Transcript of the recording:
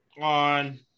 on